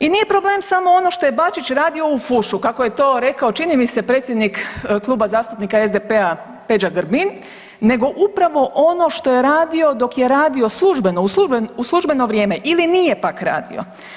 I nije problem samo ono što je Bačić radio u fušu kako je to rekao čini mi se predsjednik Kluba zastupnika SDP-a Peđa Grbin nego upravo ono što je radio dok je radio u službeno, u službeno vrijeme ili nije pak radio.